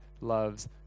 loves